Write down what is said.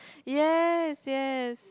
yes yes